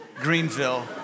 Greenville